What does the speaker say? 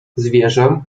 zwierzę